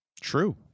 True